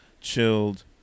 chilled